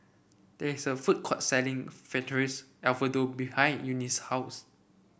there is a food court selling Fettuccine Alfredo behind Eunice's house